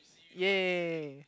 !yay!